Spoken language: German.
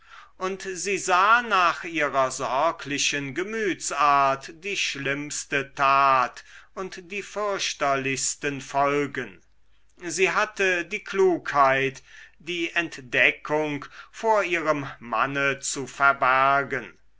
und sie sah nach ihrer sorglichen gemütsart die schlimmste tat und die fürchterlichsten folgen sie hatte die klugheit die entdeckung vor ihrem manne zu verbergen